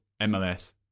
MLS